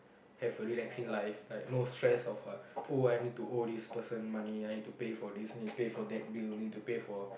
have a relaxing life like no stress of a oh I need to owe this person money I need to pay for this I need to pay for that bill need to pay for